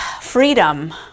freedom